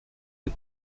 des